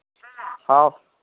ꯍꯥꯎ